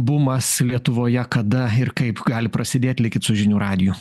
bumas lietuvoje kada ir kaip gali prasidėt likit su žinių radiju